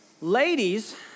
Ladies